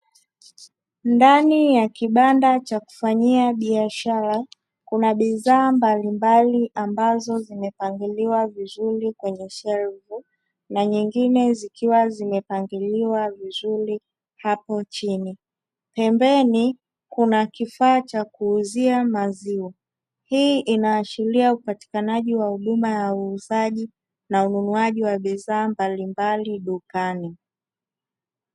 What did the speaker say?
Ndani ya kibanda cha kufanyia biashara kuna bidhaa mbalimbali ambazo zimepangiliwa vizuri kwenye shelfu na nyingine zikiwa zimepangiliwa vizuri hapo chini, pembeni kuna kifaa cha kuuzia maziwa; hii inaashiria upatikanaji wa huduma ya uuzaji na ununuaji wa bidhaa mbalimbali dukani.